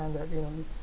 and that you know it's